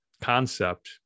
concept